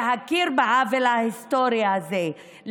להכיר בעוול ההיסטורי הזה,